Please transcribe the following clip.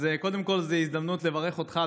אז קודם כול זאת הזדמנות לברך אותך,